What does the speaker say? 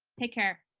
take care.